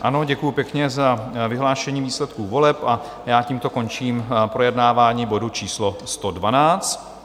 Ano, děkuji pěkně za vyhlášení výsledků voleb a já tímto končím projednávání bodu číslo 112.